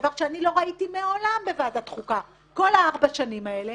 דבר שאני לא ראיתי מעולם בוועדת החוקה כל הארבע שנים האלה,